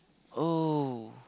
oh